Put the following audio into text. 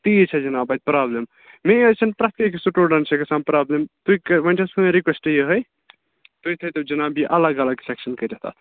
تی چھےٚ جِناب اَتہِ پرابلِم مےٚ یٲژ چھنہٕ پرٮ۪تھ أکِس سٹوٗڈَنٛٹَس چھِ گژھان پرابلِم تُہۍ وۄنۍ چھےٚ سٲنۍ روکشٹ یِہٕے تُہۍ تھٲیِتَو جِناب یہِ الگ الگ سیٚکشَن کٔرِتھ اَتھ